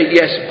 yes